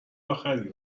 آخری